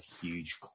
huge